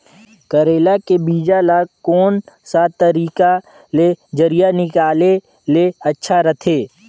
करेला के बीजा ला कोन सा तरीका ले जरिया निकाले ले अच्छा रथे?